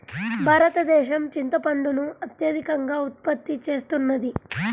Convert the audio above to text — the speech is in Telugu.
భారతదేశం చింతపండును అత్యధికంగా ఉత్పత్తి చేస్తున్నది